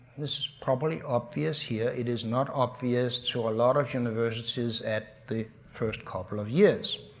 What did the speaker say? this is probably obvious here. it is not obvious to a lot of universities at the first couple of years.